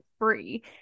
free